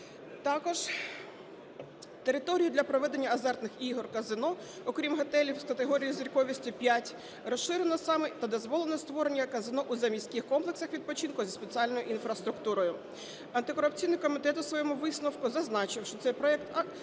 Також територію для проведення азартних ігор казино, окрім готелів з категорією зірковості 5, розширено саме та дозволено створення казино у заміських комплексах відпочинку зі спеціальною інфраструктурою. Антикорупційний комітет у своєму висновку зазначив, що цей проект